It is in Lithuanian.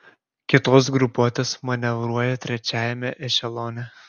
kitos grupuotės manevruoja trečiajame ešelone